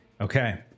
Okay